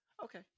okay